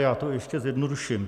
Já to ještě zjednoduším.